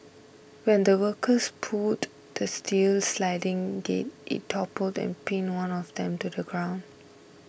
when the workers pulled the steel sliding gate it toppled and pinned one of them to the ground